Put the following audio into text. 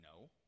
No